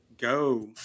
go